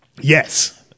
Yes